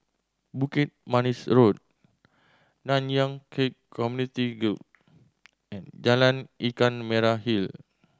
Bukit Manis Road Nanyang Khek Community Guild and Jalan Ikan Merah Hill